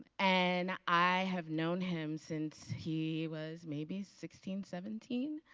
and i have known him since he was maybe sixteen, seventeen?